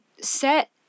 set